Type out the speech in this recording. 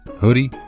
hoodie